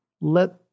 Let